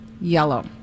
yellow